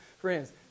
Friends